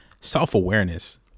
self-awareness